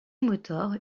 motor